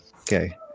Okay